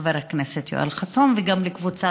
חבר הכנסת יואל חסון, וגם את קבוצת